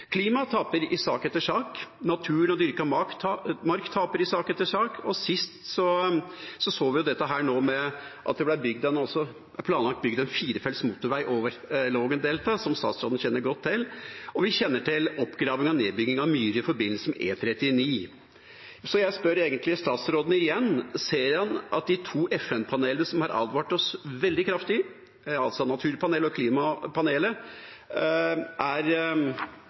taper i sak etter sak. Natur og dyrket mark taper i sak etter sak. Sist så vi dette i forbindelse med at det er planlagt bygd en firefelts motorvei over Lågendeltaet, som statsråden kjenner godt til. Og vi kjenner til oppgraving og nedbygging av myrer i forbindelse med E39. Så jeg spør egentlig statsråden igjen: De to FN-panelene Naturpanelet og Klimapanelet har advart oss veldig kraftig. Ser han at det er